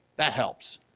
that helps.